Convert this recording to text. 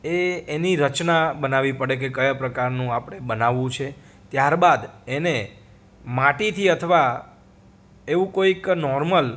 એ એની રચના બનાવી પડે કે કયા પ્રકારનું આપડે બનાવું છે ત્યારબાદ એને માટીથી અથવા એવું કોઈક નોર્મલ